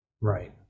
Right